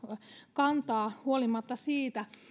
kantaa huolimatta siitä